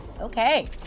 Okay